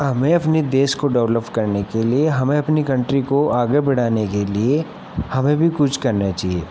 हमें अपने देश को डेवलप करने के लिए हमें अपनी कन्ट्री को आगे बढ़ाने के लिए हमें भी कुछ करना चाहिए